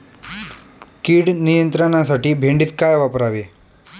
कीड नियंत्रणासाठी भेंडीत काय वापरावे?